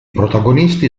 protagonisti